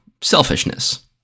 selfishness